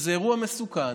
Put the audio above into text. שזה אירוע מסוכן,